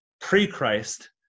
pre-christ